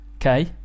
okay